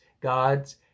God's